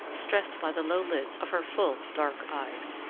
stressed by the low lids of her full dark eyes.